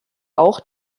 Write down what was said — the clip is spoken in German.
auch